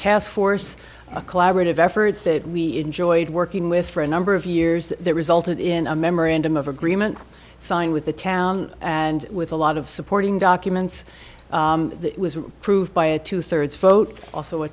task force a collaborative effort that we enjoyed working with for a number of years that resulted in a memorandum of agreement signed with the town and with a lot of supporting documents proved by a two thirds vote also a